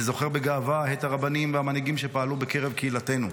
אני זוכר בגאווה את הרבנים והמנהיגים שפעלו בקרב קהילתנו,